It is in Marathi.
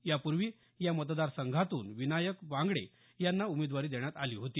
यापूर्वी या मतदार संघातून विनायक बांगडे यांना उमेदवारी देण्यात आली होती